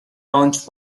launch